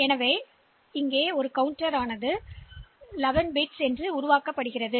எனவே மொத்தம் 11 பிட்கள் கடத்தப்பட உள்ளன